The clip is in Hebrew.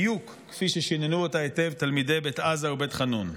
בדיוק כמו ששיננו אותה היטב תלמידי עזה ובית חאנון.